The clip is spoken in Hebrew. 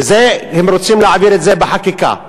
והם רוצים להעביר את זה בחקיקה.